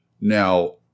Now